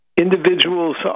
individuals